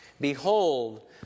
Behold